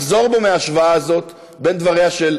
לחזור בו מההשוואה הזאת בין דבריה של